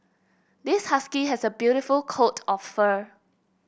this husky has a beautiful coat of fur